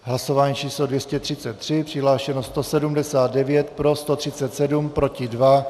V hlasování číslo 233 přihlášeno 179, pro 137, proti 2.